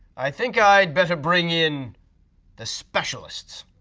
i think i better bring in the specialists.